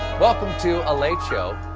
welcome to a late show.